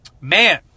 man